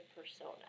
persona